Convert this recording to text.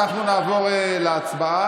אנחנו נעבור להצבעה.